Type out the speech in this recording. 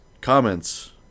comments